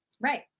Right